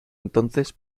entonces